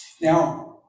Now